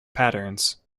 patterns